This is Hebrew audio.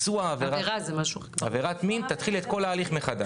עבירת מין תתחיל את כל ההליך מחדש.